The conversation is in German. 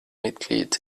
mitglied